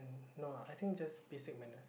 no lah I think just basic manner